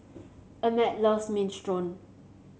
Emmet loves Minestrone